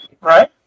right